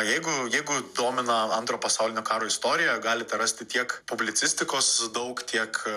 jeigu jeigu domina antro pasaulinio karo istorija galite rasti tiek publicistikos daug tiek